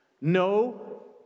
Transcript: No